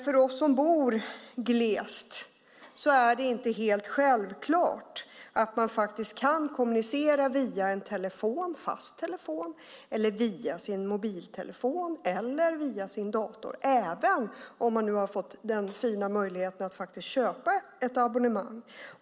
För oss som bor i glesbygd är det inte självklart att faktiskt kunna kommunicera via en fast telefon, via sin mobiltelefon eller via sin dator, även om man nu har fått den fina möjligheten att köpa ett abonnemang.